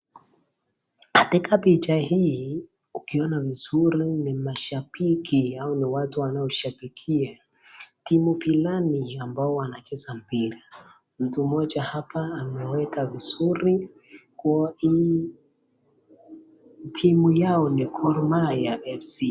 Katika picha hii ukiona vizuri ni mashabiki ao ni watu wanaoshabikia timu fulani ambao wanacheza mpira. Mtu mmoja hapa ameweka vizuri nguo hii. Timu yao ni Gormahia FC.